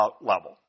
level